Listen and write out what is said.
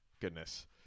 Goodness